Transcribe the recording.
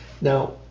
Now